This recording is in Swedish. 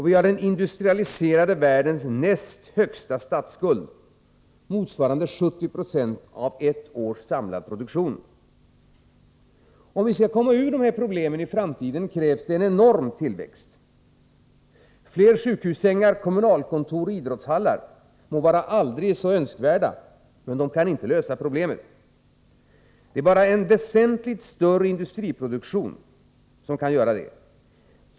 Vi har den industrialiserade världens näst högsta statsskuld, motsvarande 70 96 av ett års samlade produktion. Skall vi komma ur dessa problem i framtiden krävs det en enorm tillväxt. Fler sjukhussängar, kommunalkontor och idrottshallar må vara aldrig så önskvärda, men de kan inte lösa problemet. Det är bara en väsentligt större industriproduktion som kan göra det.